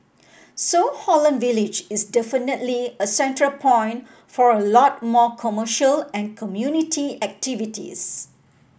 so Holland Village is definitely a central point for a lot more commercial and community activities